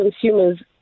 consumers